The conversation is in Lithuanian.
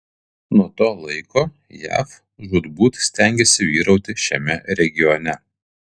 nuo to laiko jav žūtbūt stengėsi vyrauti šiame regione